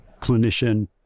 clinician